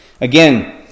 Again